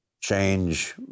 change